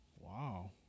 Wow